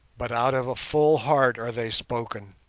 but out of a full heart are they spoken.